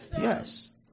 Yes